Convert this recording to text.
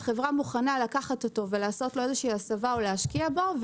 והחברה מוכנה לקחת אותו ולעשות לו איזושהי הסבה ולהשקיע בו,